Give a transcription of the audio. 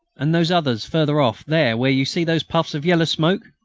and those others further off, there where you see those puffs of yellow smoke.